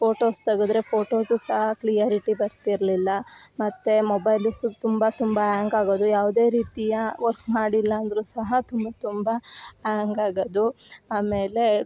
photos ತೆಗೆದ್ರೆ photos ಸಹ clarity ಬರ್ತಿರಲಿಲ್ಲ ಮತ್ತು ಮೊಬೈಲ್ಸ್ ತುಂಬ ತುಂಬ ಹ್ಯಾಂಗ್ ಆಗೋದು ಯಾವುದೆ ರೀತಿಯ ವರ್ಕ್ ಮಾಡಿಲ್ಲಾಂದರು ಸಹ ತುಂಬ ತುಂಬ ಹ್ಯಾಂಗ್ ಆಗೋದು ಆಮೇಲೆ